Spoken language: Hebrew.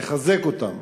מלחזק אותם.